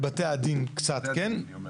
לבתי הדין קצת כן.